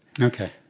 Okay